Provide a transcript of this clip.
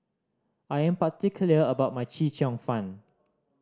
I am particular about my Chee Cheong Fun